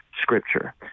Scripture